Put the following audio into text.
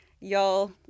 Y'all